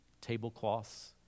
tablecloths